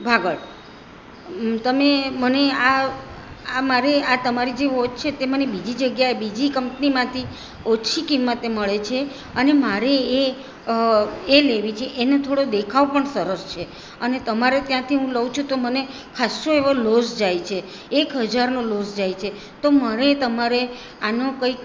ભાગળ તમે મને આ આ મારી આ તમારી જે વોચ છે તે મને બીજી જગ્યાએ બીજી કંપનીમાંથી ઓછી કિંમતે મળે છે અને મારે એ એ લેવી છે એનો થોડો દેખાવ પણ સરસ છે અને તમારે ત્યાંથી હું લઉં છું તો મને ખાસ્સો એવો લોસ જાય છે એક હજારનો લોસ જાય છે તો મારે તમારે આનો કંઈક